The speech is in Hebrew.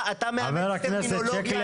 אתה מהנדס טרמינולוגיה לעומתית.